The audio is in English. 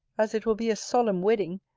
as it will be a solemn wedding,